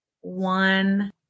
one